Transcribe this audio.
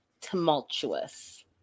tumultuous